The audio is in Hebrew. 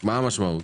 מה המשמעות?